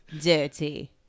dirty